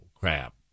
crap